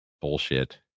Bullshit